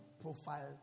profile